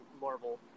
Marvel